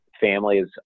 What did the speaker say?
families